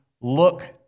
look